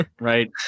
Right